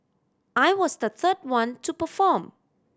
I was the third one to perform